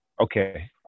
Okay